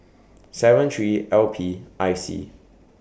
seven three L P I C